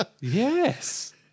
Yes